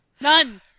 none